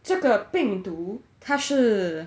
这个病毒它是